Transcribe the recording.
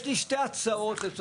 יש לי שתי הצעות קונקרטיות.